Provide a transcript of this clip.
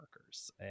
workers